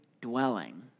dwelling